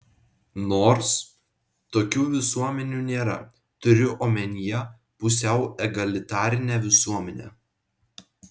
nors tokių visuomenių nėra turiu omenyje pusiau egalitarinę visuomenę